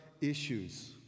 issues